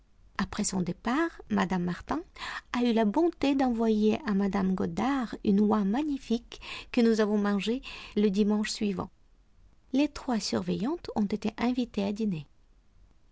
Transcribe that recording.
après son départ mme martin a eu la bonté d'envoyer à mme goddard une oie magnifique que nous avons mangée le dimanche suivant les trois surveillantes ont été invitées à dîner